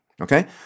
okay